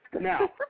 Now